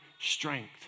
strength